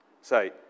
say